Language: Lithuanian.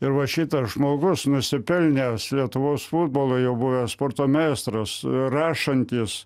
ir va šitas žmogus nusipelnęs lietuvos futbolo jau buvęs sporto meistras rašantis